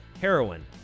heroin